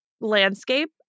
landscape